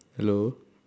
hello